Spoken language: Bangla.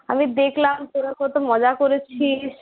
আমি দেখলাম তোরা কত মজা করেছিস